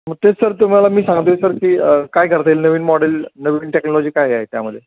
मग तेच सर तुम्हाला मी सांगतो आहे सर की काय करता येईल नवीन मॉडेल नवीन टेक्नॉलॉजी काय आहे त्यामध्ये